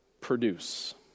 produce